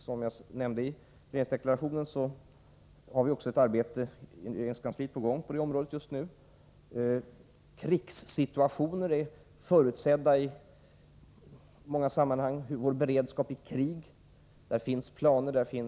Som jag nämnde i regeringsdeklarationen har vi också i regeringskansliet ett arbete på gång just nu på detta område. Krigssituationer är förutsedda i många sammanhang. Det finns planer och ett system.